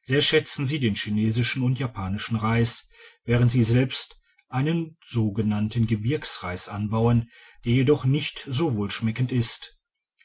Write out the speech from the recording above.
sehr schätzen sie den chinesischen und japanischen reis während sie selbst einen sogenannten gebirgsreis anbauen der jedoch nicht so wohlschmeckend ist